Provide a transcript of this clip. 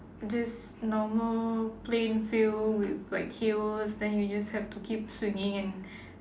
just normal plain field with like hills then you just have to keep swinging and